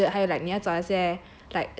那些 budget 还有 like 你要找那些